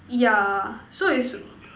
yeah so is